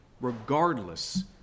regardless